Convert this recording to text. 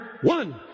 one